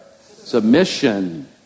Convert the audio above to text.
Submission